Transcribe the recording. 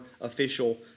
official